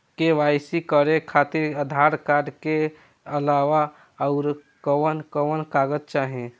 KYC करे खातिर Aadhaar card के अलावा आउरकवन कवन कागज चाहीं?